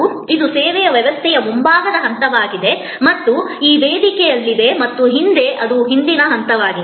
ಆದ್ದರಿಂದ ಇದು ಸೇವೆಯ ವ್ಯವಸ್ಥೆಯ ಮುಂಭಾಗದ ಹಂತವಾಗಿದೆ ಮತ್ತು ಇದು ವೇದಿಕೆಯಲ್ಲಿದೆ ಮತ್ತು ಹಿಂದೆ ಇದು ಹಿಂದಿನ ಹಂತವಾಗಿದೆ